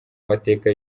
mateka